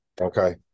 okay